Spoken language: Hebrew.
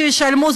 שישלמו,